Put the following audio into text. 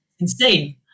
insane